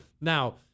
now